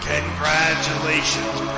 Congratulations